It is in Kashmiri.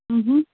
ٲں